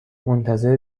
منتظر